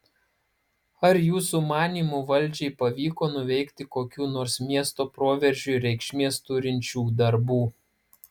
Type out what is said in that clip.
ar jūsų manymu valdžiai pavyko nuveikti kokių nors miesto proveržiui reikšmės turinčių darbų